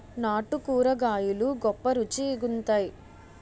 నాటు కూరగాయలు గొప్ప రుచి గుంత్తై